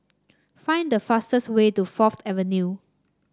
find the fastest way to Fourth Avenue